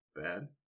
Bad